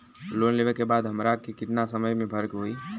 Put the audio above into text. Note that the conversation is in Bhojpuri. लोन लेवे के बाद हमरा के कितना समय मे भरे के होई?